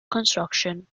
construction